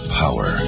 power